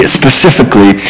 specifically